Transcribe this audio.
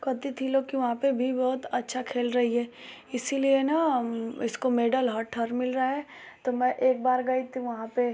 कहती थी लो कि वहाँ पर भी बहुत अच्छा खेल रही है इसलिए न इसको मेडल हर ठर मिल रहा है तो मैं एक बार गई थी वहाँ पर